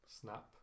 snap